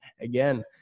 Again